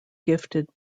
gifted